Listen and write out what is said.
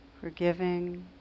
Forgiving